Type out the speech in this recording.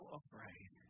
afraid